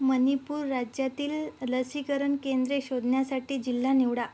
मणिपूर राज्यातील लसीकरण केंद्रे शोधण्यासाठी जिल्हा निवडा